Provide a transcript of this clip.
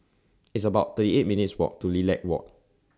It's about thirty eight minutes' Walk to Lilac Walk